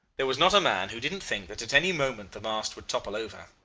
there was not a man who didn't think that at any moment the masts would topple over.